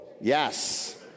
Yes